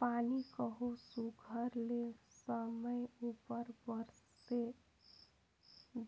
पानी कहों सुग्घर ले समे उपर बरेस